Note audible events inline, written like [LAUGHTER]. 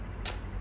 [NOISE]